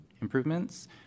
improvements